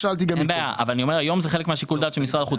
אני אומר שהיום זה חלק משיקול הדעת של משרד החוץ.